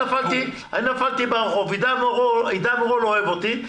רול אוהב אותי,